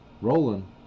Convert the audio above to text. Rolling